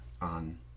on